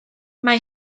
mae